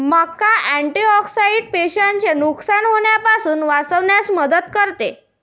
मका अँटिऑक्सिडेंट पेशींचे नुकसान होण्यापासून वाचविण्यात मदत करते